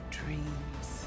dreams